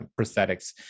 prosthetics